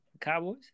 Cowboys